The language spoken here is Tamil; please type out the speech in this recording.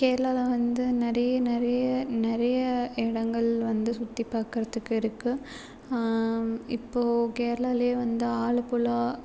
கேரளாவில் வந்து நிறைய நிறைய நிறைய இடங்கள் வந்து சுற்றி பார்க்கறத்துக்கு இருக்குது இப்போது கேரளாவில் வந்து ஆலப்புழா